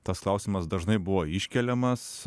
tas klausimas dažnai buvo iškeliamas